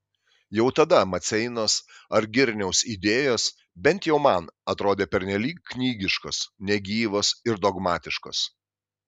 jau tada maceinos ar girniaus idėjos bent jau man atrodė pernelyg knygiškos negyvos ir dogmatiškos